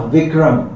Vikram